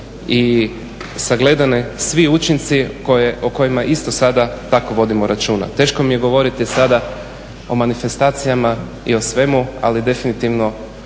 i sagledani svi učinci o kojima isto sada tako vodimo računa. Teško mi je govoriti sada o manifestacijama i o svemu, ali definitivno